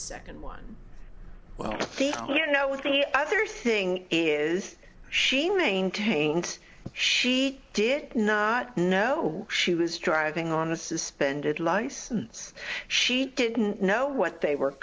second one well they don't you know with the other thing is she maintained she did not know she was driving on a suspended license she didn't know what they were